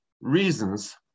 reasons